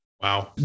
Wow